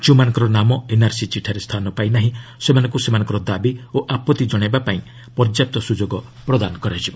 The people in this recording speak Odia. ଯେଉଁମାନଙ୍କର ନାମ ଏନ୍ଆର୍ସି ଚିଠାରେ ସ୍ତାନ ପାଇନାହିଁ ସେମାନଙ୍କୁ ସେମାନଙ୍କର ଦାବି ଓ ଆପତ୍ତି ଜଣାଇବା ପାଇଁ ପର୍ଯ୍ୟାପ୍ତ ସୁଯୋଗ ପ୍ରଦାନ କରାଯିବ